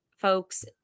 folks